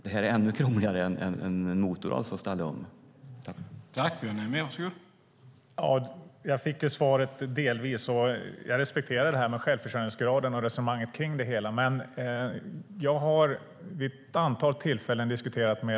Detta är ännu krångligare än att ställa om en motor.